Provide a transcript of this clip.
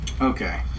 Okay